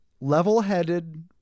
level-headed